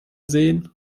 sehen